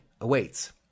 awaits